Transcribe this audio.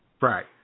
Right